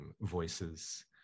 voices